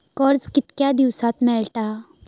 कर्ज कितक्या दिवसात मेळता?